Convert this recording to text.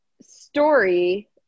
story